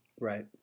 Right